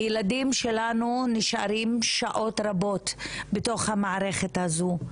הילדים שלנו נשארים שעות רבות בתוך המערכת הזו,